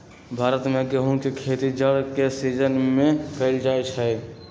भारत में गेहूम के खेती जाड़ के सिजिन में कएल जाइ छइ